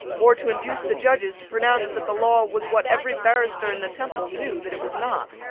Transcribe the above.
or to induce the judges to pronounce that the law was what every barrister in the temple knew that it was not.